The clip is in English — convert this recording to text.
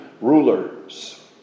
rulers